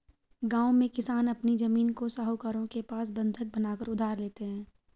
गांव में किसान अपनी जमीन को साहूकारों के पास बंधक बनाकर उधार लेते हैं